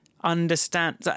understand